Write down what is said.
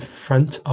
front